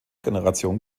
generation